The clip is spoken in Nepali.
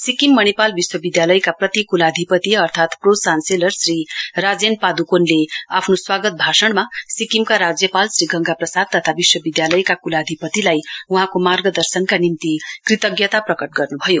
सिक्किम मणिपाल विश्वविद्यालयका प्रति कुलाधिपति अर्थात प्रो चान्सेलर श्री राजेन पादुकोनले आफ्नो स्वागत भाषणमा सिक्किमका राज्यपाल श्री गंगा प्रसाद तथा विश्वविद्यालयका कुलाधिपतिलाई वहाँको मार्गदर्शनका निम्ति कृतज्ञता प्रकट गर्नु भयो